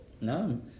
No